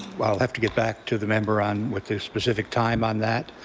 i'll have to get back to the member on with a specific time on that.